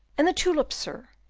and the tulip, sir?